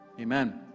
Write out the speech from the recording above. Amen